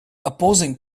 opposing